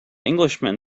englishman